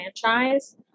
franchise